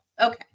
Okay